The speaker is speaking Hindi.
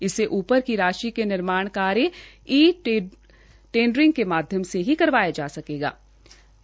इससे ऊपर की राशि के निर्माण कार्य ई टेंडरिंग के माध्यम से ही करवाए जा सकेंगे